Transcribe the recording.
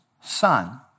son